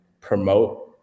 promote